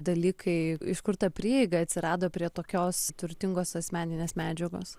dalykai iš kur ta prieiga atsirado prie tokios turtingos asmeninės medžiagos